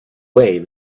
way